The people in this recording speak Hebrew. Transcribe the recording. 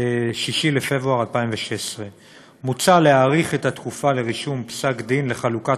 6 בפברואר 2016. מוצע להאריך את התקופה לרישום פסק-דין לחלוקת